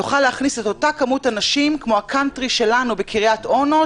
יוכל להכניס את אותה כמות אנשים כמו הקאנטרי שלנו בקריית אונו,